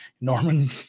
Norman